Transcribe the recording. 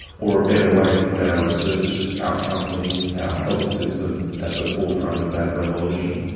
or a better way to put our researchers, our companies, our health system at the forefront of that revolution?